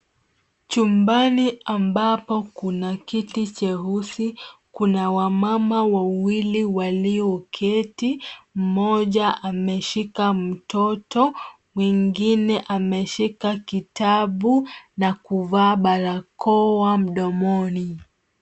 Chumbani ambapo kuna kiti cheusi kuna wamama wawili waliyoketi mmoja ameshika mtoto mwingine ameshika kitabu na kuvaa barakoa mdomoni.